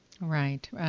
Right